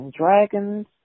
dragons